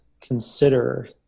consider